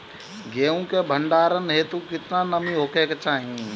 गेहूं के भंडारन हेतू कितना नमी होखे के चाहि?